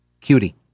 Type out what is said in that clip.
Cutie